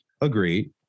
Agreed